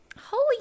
Holy